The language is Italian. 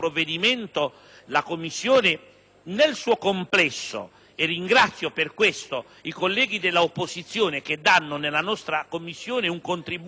nel suo complesso (ringrazio per questo i colleghi dell'opposizione che nella nostra Commissione danno un contributo essenziale e costruttivo